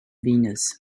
venus